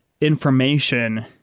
information